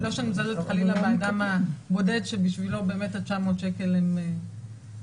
לא שאני מזלזלת חלילה באדם הבודד שבשבילו באמת ה-900 שקל הם הרבה,